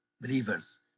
believers